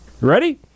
Ready